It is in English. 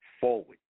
forward